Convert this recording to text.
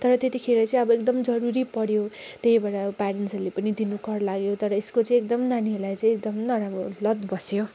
तर त्यतिखेर चाहिँ अब एकदम जरुरी पऱ्यो त्यही भएर प्यारेन्ट्सहरूले पनि दिनु कर लाग्यो तर यसको चाहिँ एकदम नानीहरूलाई चाहिँ एकदम नराम्रो लत बस्यो